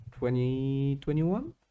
2021